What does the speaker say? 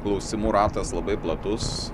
klausimų ratas labai platus